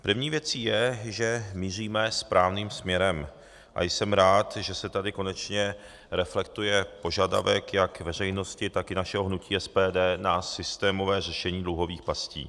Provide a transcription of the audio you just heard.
Jasnou věcí je, že míříme správným směrem, a jsem rád, že se tady konečně reflektuje požadavek jak veřejnosti, tak i našeho hnutí SPD na systémové řešení dluhových pastí.